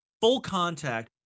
full-contact